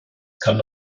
kann